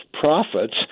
profits